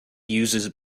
uses